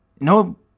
no